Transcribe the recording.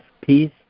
Peace